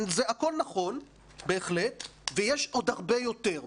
הכול נכון בהחלט ויש עוד הרבה יותר.